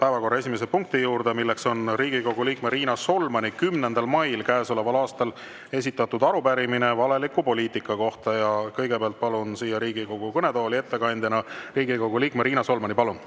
päevakorra esimese punkti juurde, milleks on Riigikogu liikme Riina Solmani 10. mail käesoleval aastal esitatud arupärimine valeliku poliitika kohta. Kõigepealt palun siia Riigikogu kõnetooli ettekandjaks Riigikogu liikme Riina Solmani. Palun!